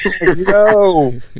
No